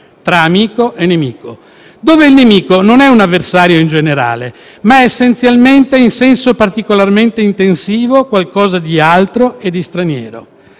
tra amico e nemico, dove il nemico non è un avversario in generale, ma è essenzialmente in senso particolarmente intensivo qualcosa di altro e di straniero.